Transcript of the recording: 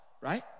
right